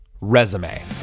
Resume